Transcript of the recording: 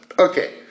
Okay